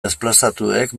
desplazatuek